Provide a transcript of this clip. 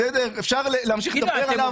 אפשר להמשיך לדבר עליו --- תגיד לי,